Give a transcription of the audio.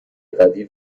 قوی